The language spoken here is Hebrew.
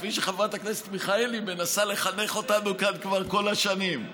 כפי שחברת הכנסת מיכאלי מנסה לחנך אותנו כאן כבר כל השנים.